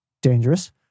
Dangerous